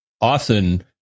often